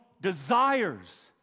desires